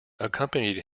accompanied